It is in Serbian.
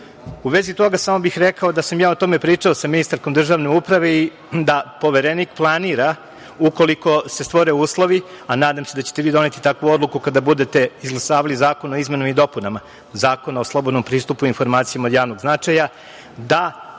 vezi toga, samo bih rekao da sam ja o tome pričao sa ministarkom državne uprave i da Poverenik planira, ukoliko se stvore uslovi, a nadam se da će te vi doneti takvu odluku kada budete izglasavali zakon o izmenama i dopunama Zakona o slobodnom pristupu informacijama od javnog značaja, da